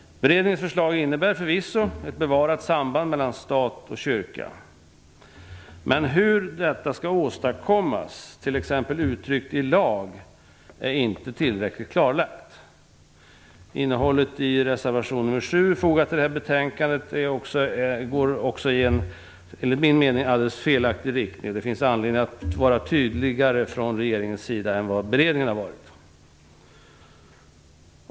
Beredningens förslag innebär förvisso ett bevarat samband mellan stat och kyrka, men hur detta skall åstadkommas, t.ex. uttryckt i lag, är inte tillräckligt klarlagt. Innehållet i reservation nr 7 går enligt min mening i en alldeles felaktig riktning. Det finns anledning att vara tydligare från regeringens sida än vad beredningen har varit.